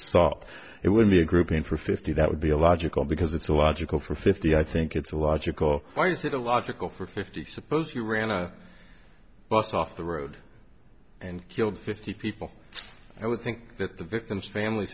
assault it would be a grouping for fifty that would be a logical because it's a logical for fifty i think it's a logical the logical for fifty suppose you ran a but off the road and killed fifty people i would think that the victim's family